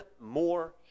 more